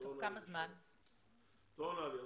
את לא עונה לי.